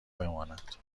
بماند